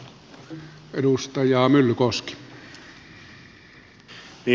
arvoisa puhemies